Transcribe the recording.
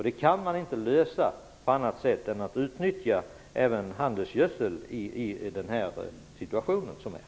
Det kan inte lösas på annat sätt i den situation som vi har än genom att även utnyttja handelsgödsel.